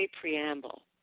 Preamble